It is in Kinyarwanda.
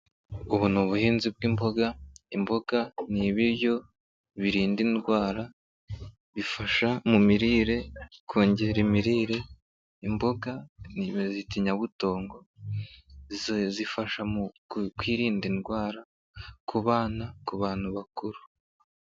Ubu ni ubuhinzi bw'imboga imboga n'ibiryo birinda indwara bifasha mu mirire kongera imirire imboga izi bazita inyabutongo zifasha mu kwirinda indwara ku bana, ku bantu bakuru.